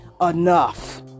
enough